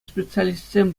специалистсем